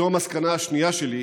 זו המסקנה השנייה שלי,